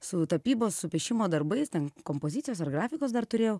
su tapybos su piešimo darbais ten kompozicijos ar grafikos dar turėjau